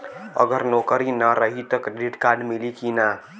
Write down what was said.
अगर नौकरीन रही त क्रेडिट कार्ड मिली कि ना?